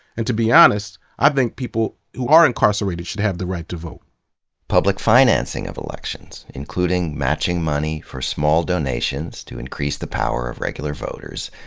and to be honest, i think people who are incarcerated should have the right to vote public financing of elections, including matching money for small donations to increase the power of regular voters.